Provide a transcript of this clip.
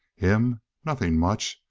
him? nothing much.